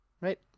right